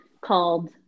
called